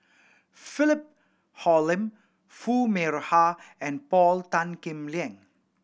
Philip Hoalim Foo Mee Har and Paul Tan Kim Liang